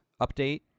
update